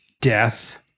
death